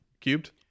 Cubed